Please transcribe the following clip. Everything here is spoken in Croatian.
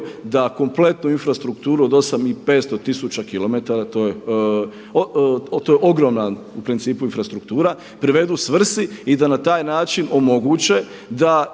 da kompletnu infrastrukturu od 8 i 500 tisuća kilometara, to je ogromna u principu infrastruktura privedu svrsi i da na taj način omoguće da